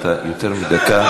אין כיבוש?